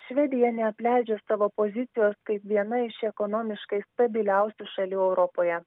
švedija neapleidžia savo pozicijos kaip viena iš ekonomiškai stabiliausių šalių europoje